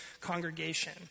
congregation